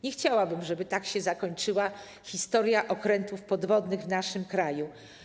Nie chciałabym, żeby tak się zakończyła historia okrętów podwodnych w naszym kraju.